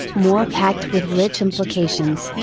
more packed with rich implications,